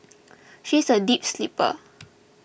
she is a deep sleeper